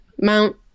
Mount